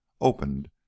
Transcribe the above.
opened